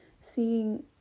seeing